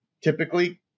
typically